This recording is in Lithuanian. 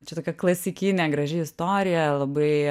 čia tokia klasikinė graži istorija labai